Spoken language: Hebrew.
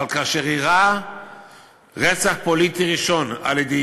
אבל כאשר אירע רצח פוליטי ראשון על-ידי